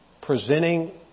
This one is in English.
presenting